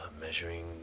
measuring